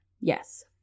Yes